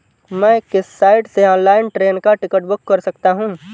मैं किस साइट से ऑनलाइन ट्रेन का टिकट बुक कर सकता हूँ?